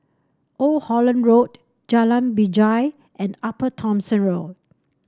Old Holland Road Jalan Binjai and Upper Thomson Road